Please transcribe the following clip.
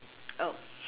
oh